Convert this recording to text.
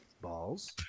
Balls